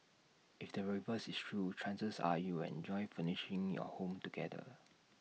if the reverse is true chances are you'll enjoy furnishing your home together